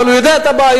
אבל הוא יודע את הבעיות,